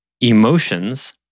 emotions